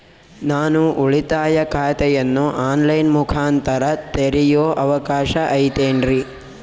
ನಾನು ಉಳಿತಾಯ ಖಾತೆಯನ್ನು ಆನ್ ಲೈನ್ ಮುಖಾಂತರ ತೆರಿಯೋ ಅವಕಾಶ ಐತೇನ್ರಿ?